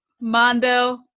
Mondo